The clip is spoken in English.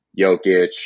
Jokic